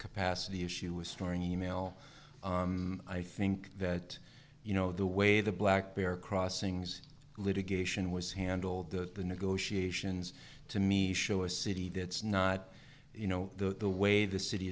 capacity issue with storing e mail i think that you know the way the black bear crossings litigation was handled the the negotiations to me show a city that's not you know the way the city